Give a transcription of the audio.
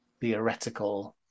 theoretical